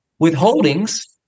withholdings